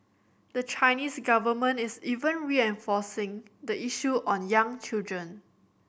the Chinese government is even reinforcing the issue on young children